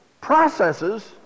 processes